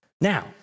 Now